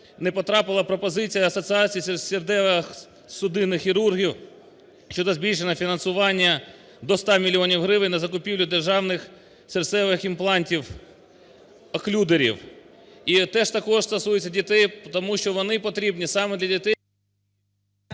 не потрапила пропозиція Асоціації серцево-судинних хірургів щодо збільшення фінансування до 100 мільйонів гривень на закупівлю державних серцевих імплантів, оклюдерів. І теж також стосується дітей, тому що вони потрібні саме для дітей…